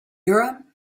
urim